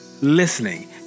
listening